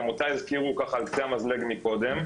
גם אותה הזכירו ככה על קצה המזלג מקודם,